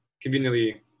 conveniently